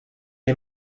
est